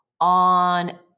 on